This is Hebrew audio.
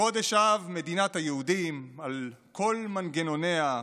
בחודש אב, מדינת היהודים על כל מנגנוניה,